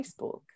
facebook